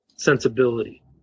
Sensibility